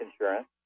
insurance